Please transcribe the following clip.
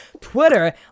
Twitter